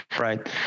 Right